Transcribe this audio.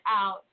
out